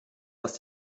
was